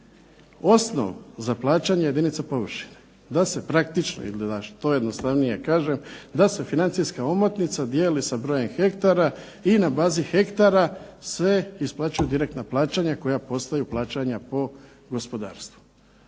ili da što jednostavnije kažem da se financijska omotnica dijeli sa brojem hektara i na bazi hektara se isplaćuju direktna plaćanja koja postaju plaćanja po gospodarstvu.